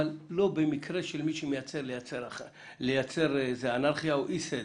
אבל לא במקרה שמישהו מנסה לייצר אנרכיה או אי-סדר.